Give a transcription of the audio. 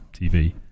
TV